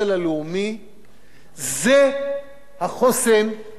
זה החוסן והעוצמה של מדינת ישראל.